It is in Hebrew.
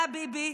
אתה, ביבי,